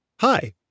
hi